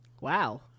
Wow